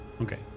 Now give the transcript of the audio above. Okay